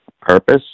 purpose